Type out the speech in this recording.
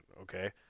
Okay